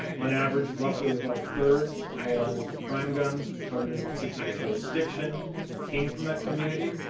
on average, roughly about a third of all the crime guns recovered in a particular jurisdiction came from that community.